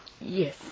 Yes